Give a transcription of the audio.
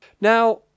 Now